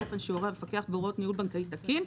באופן שהורה המפקח בהוראות ניהול בנקאי תקין,